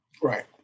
Right